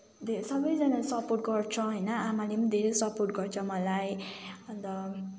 धे सबैजनाले सपोर्ट गर्छ होइन आमाले पनि धेरै सपोर्ट गर्छ मलाई अन्त